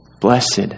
Blessed